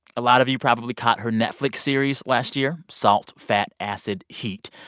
a lot of you probably caught her netflix series last year, salt, fat, acid, heat.